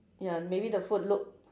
ya maybe the food look